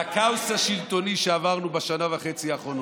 בכאוס השלטוני שעברנו בשנה וחצי האחרונות.